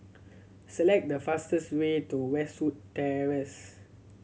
select the fastest way to Westwood Terrace